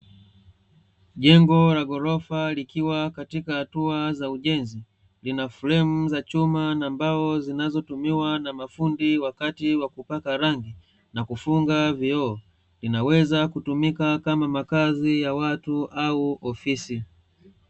Jengo la ghorofa likiwa katika hatua za ujenzi, lina fremu za chuma na mbao zinazotumiwa na mafundi wakati wa kupaka rangi na kufunga vioo, linaweza kutumika kama makazi ya watu au ofisi.